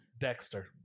Dexter